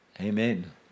Amen